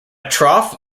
trough